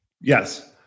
Yes